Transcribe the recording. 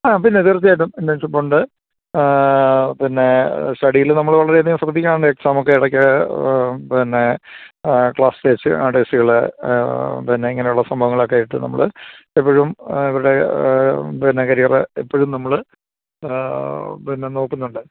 ആ പിന്നെ തീർച്ചയായിട്ടും ഇൻറ്റേൺഷിപ്പുണ്ട് പിന്നെ സ്റ്റഡീൽ നമ്മൾ ഓൾറെഡി തന്നെ ശ്രദ്ധിക്കാറുണ്ട് എക്സാമൊക്കെ ഇടക്ക് പിന്നെ ക്ലാസ്സ് ടെസ്റ്റ് ആ ടെസ്റ്റ്കൾ പിന്നെ ഇങ്ങനുള്ള സംഭവങ്ങളൊക്കെ ഇട്ട് നമ്മൾ എപ്പോഴും ഇവരുടെ പിന്നെ കരിയറ് എപ്പോഴും നമ്മൾ പിന്നെ നോക്കുന്നുണ്ട്